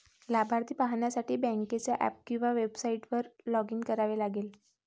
लाभार्थी पाहण्यासाठी बँकेच्या ऍप किंवा वेबसाइटवर लॉग इन करावे लागेल